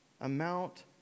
amount